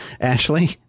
Ashley